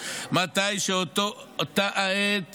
ובאותה העת